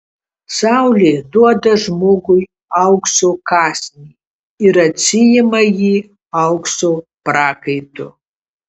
saulė duoda žmogui aukso kąsnį ir atsiima jį aukso prakaitu